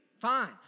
Fine